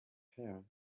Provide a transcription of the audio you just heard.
hair